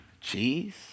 Cheese